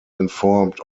informed